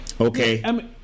Okay